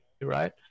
right